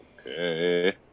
Okay